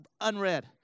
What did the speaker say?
unread